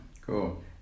Cool